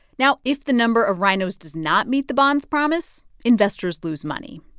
now, if the number of rhinos does not meet the bond's promise, investors lose money.